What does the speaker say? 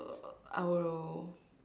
uh I will